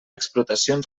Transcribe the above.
explotacions